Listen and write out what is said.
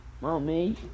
Mommy